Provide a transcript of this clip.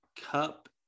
Cup